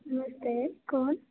नमस्ते कौन